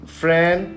friend